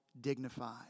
dignified